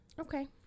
Okay